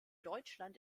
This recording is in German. deutschland